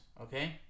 okay